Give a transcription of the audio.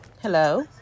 Hello